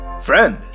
Friend